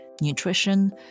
nutrition